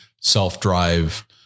self-drive